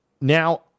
Now